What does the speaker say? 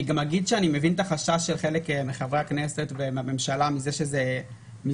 אני מבין את החשש של חלק מחברי הכנסת והממשלה מזה שהסיפור